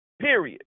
Period